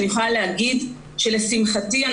לשמחתי,